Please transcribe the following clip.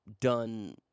done